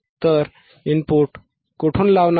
तर इनपुट कुठून लावणार